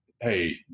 Hey